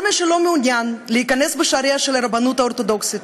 כל מי שלא מעוניין להיכנס בשעריה של הרבנות האורתודוקסית,